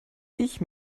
ich